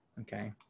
Okay